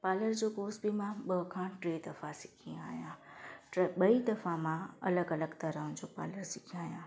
parlour जो course बि मां ॿ खां टे दफ़ा सिखी आहियां टे ॿई दफ़ा मां अलॻि अलॻि तरह जो पालर सिखी आहियां